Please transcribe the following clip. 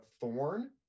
thorn